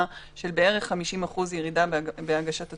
של בערך 50% ירידה בהגשת התובענות.